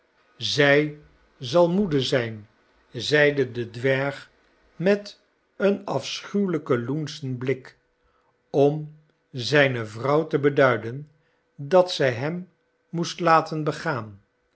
zij zal moede zijn zeide de dwerg met een afschuwelijken loenschen blik om zijne vrouw te beduiden dat zij hem moest laten begaan